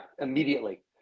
immediately